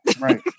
Right